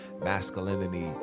masculinity